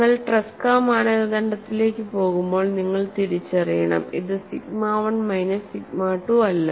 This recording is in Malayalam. നിങ്ങൾ ട്രെസ്ക മാനദണ്ഡത്തിലേക്ക് പോകുമ്പോൾ നിങ്ങൾ തിരിച്ചറിയണം ഇത് സിഗ്മ 1 മൈനസ് സിഗ്മ 2 അല്ല